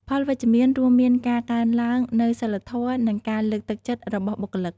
ផលវិជ្ជមាន រួមមានការកើនឡើងនូវសីលធម៌ និងការលើកទឹកចិត្តរបស់បុគ្គលិក។